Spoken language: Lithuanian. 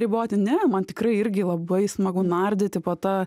riboti ne man tikrai irgi labai smagu nardyti po tą